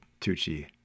Tucci